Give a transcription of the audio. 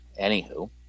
Anywho